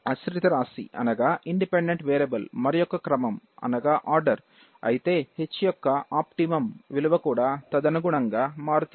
ఆశ్రితరాశి మరియొక్క క్రమం అయితే h యొక్క ఆప్టిమం విలువ కూడా తదనుగుణంగా మారుతుంది